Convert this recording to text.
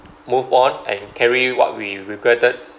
move on and carry what we regretted